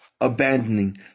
abandoning